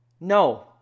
No